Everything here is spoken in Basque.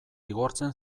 igortzen